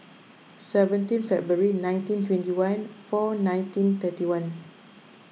seventeen February nineteen twenty one four nineteen thirty one